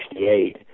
1968